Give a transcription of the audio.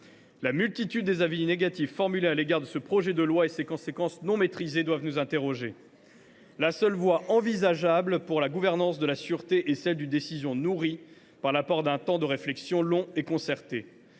La multitude des avis négatifs formulés à l’égard de ce projet de loi et ses conséquences non maîtrisées doivent nous interroger. La seule voie envisageable pour la gouvernance de la sûreté est celle d’une décision nourrie par l’apport d’un temps de réflexion long et concerté.